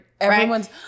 Everyone's